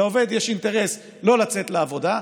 לעובד יש אינטרס לא לצאת לעבודה,